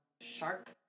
shark